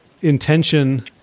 intention